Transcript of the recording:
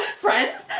friends